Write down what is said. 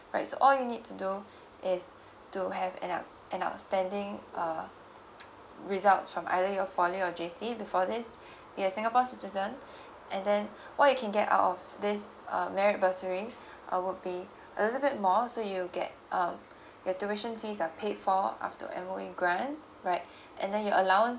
right so all you need to do is to have an out~ an outstanding uh results from either your poly or J_C before this you're singapore citizen and then what you can get out of this uh merit bursary uh would be a little bit more so you get um your tuition fees are paid for after M_O_E grant right and then your allowance